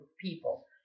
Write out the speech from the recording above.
people